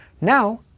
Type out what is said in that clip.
Now